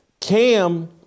Cam